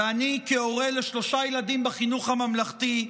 ואני כהורה לשלושה ילדים בחינוך הממלכתי,